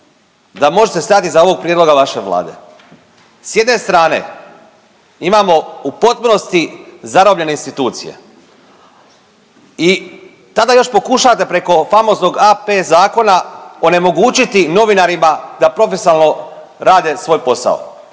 da možete stajati iza ovog prijedloga vaše Vlade. S jedne strane imamo u potpunosti zarobljene institucije i tada još pokušavate preko famoznog AP zakona onemogućiti novinarima da profesionalno rade svoj posao.